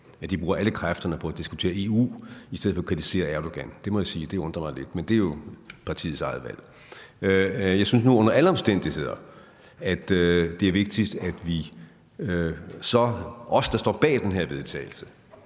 at de bruger alle kræfterne på at diskutere EU i stedet for at kritisere Erdogan. Det må jeg sige, det undrer mig lidt, men det er jo partiets eget valg. Jeg synes nu under alle omstændigheder, det er vigtigt, at vi, der står bag det her forslag